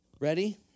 Ready